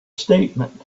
statement